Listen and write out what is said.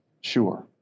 sure